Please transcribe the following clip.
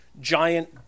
giant